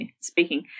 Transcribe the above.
speaking